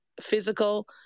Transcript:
physical